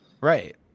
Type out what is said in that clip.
Right